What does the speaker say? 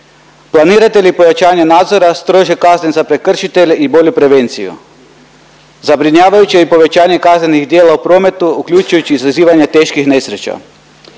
Planirate li pojačanje nadzora, strože kazne za prekršitelje i bolju prevenciju? Zabrinjavajuće je i povećanje kaznenih djela u prometu uključujući izazivanje teških nesreća.